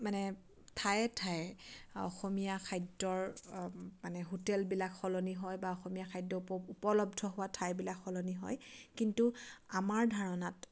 মানে ঠায়ে ঠায়ে অসমীয়া খাদ্যৰ মানে হোটেলবিলাক সলনি হয় বা অসমীয়া খাদ্য উপলব্ধ হোৱা ঠাইবিলাক সলনি হয় কিন্তু আমাৰ ধাৰণাত